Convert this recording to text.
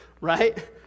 right